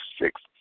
six